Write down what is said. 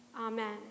Amen